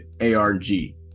ARG